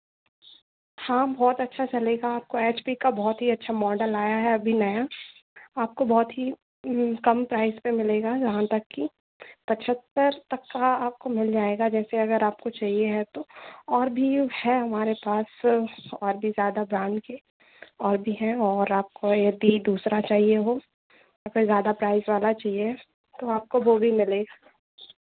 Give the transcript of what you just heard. हाँ बहुत अच्छा चलेगा आपको एच पी का बहुत ही अच्छा मॉडल आया है अभी नया आपको बहुत ही कम प्राइस पर मिलेगा जहाँ तक की पचहत्तर तक का आपको मिल जाएगा जैसे अगर आपको चाहिए है तो और भी है हमारे पास और भी ज़्यादा ब्रांड के और भी है और आप को यदि दूसरा चाहिए हो तो अगर ज़्यादा प्राइस वाला चाहिए तो आपको वो भी मिलेगा